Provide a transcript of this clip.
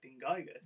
Geiger